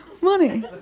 money